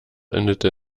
endete